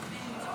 זה לא